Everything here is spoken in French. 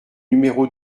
numéro